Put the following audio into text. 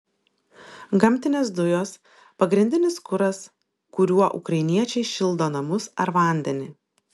gamtinės dujos pagrindinis kuras kuriuo ukrainiečiai šildo namus ar vandenį